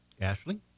Ashley